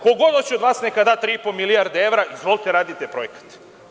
Ko god hoće od vas, neka da tri i po milijarde evra i izvolte radite projekat.